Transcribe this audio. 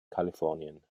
kalifornien